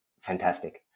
fantastic